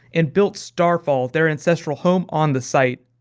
and built starfall, their ancestral home on the site.